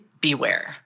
beware